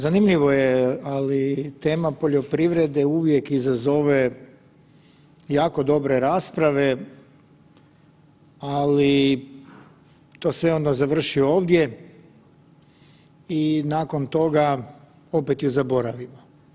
Zanimljivo je, ali tema poljoprivrede uvijek izazove jako dobre rasprave, ali to sve onda završi ovdje i nakon toga opet ju zaboravimo.